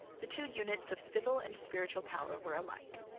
the two units of civil and spiritual power were alike.